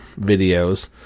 videos